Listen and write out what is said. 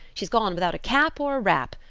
she's gone without a cap or wrap.